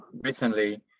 recently